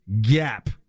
gap